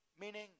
Meaning